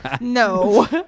No